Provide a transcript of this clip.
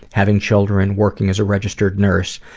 having children, working as a registered nurse.